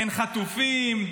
אין חטופים,